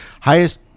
highest